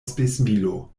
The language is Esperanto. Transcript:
spesmilo